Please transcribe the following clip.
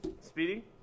Speedy